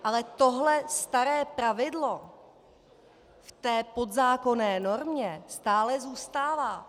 Ale tohle staré pravidlo v té podzákonné normě stále zůstává.